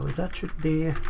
that should be